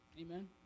Amen